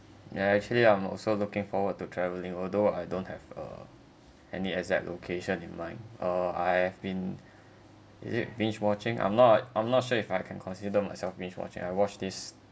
ya I actually I'm also looking forward to travelling although I don't have uh any exact location in mind uh I have been is it binge watching I'm not I'm not sure if I can consider myself binge watching I watch this